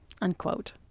unquote